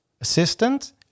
assistant